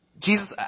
Jesus